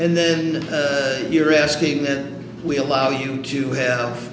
and then you're asking that we allow you to have